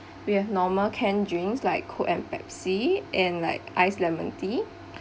we have normal canned drinks like coke and pepsi and like ice lemon tea